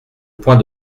point